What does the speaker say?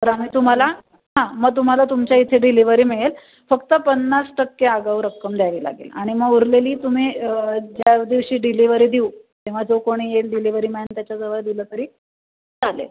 तर आम्ही तुम्हाला हां मग तुम्हाला तुमच्या इथे डिलिव्हरी मिळेल फक्त पन्नास टक्के आगाऊ रक्कम द्यावी लागेल आणि मग उरलेली तुम्ही ज्या दिवशी डिलिव्हरी देऊ तेव्हा जो कोणी येईल डिलिव्हरी मॅन त्याच्याजवळ दिलं तरी चालेल